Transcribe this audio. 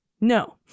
No